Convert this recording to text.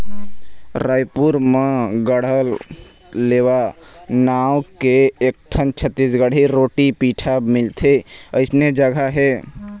रइपुर म गढ़कलेवा नांव के एकठन छत्तीसगढ़ी रोटी पिठा मिलथे अइसन जघा हे